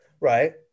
Right